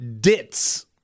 Dits